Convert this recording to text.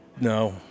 No